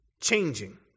changing